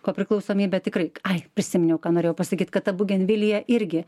kopriklausomybė tikrai ai prisiminiau ką norėjau pasakyt kad bugenvilija irgi